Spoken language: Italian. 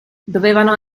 dovevano